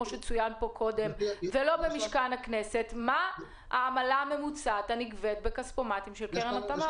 מה העמלה הממוצעת הנגבית בכספומטים של קרן התמר?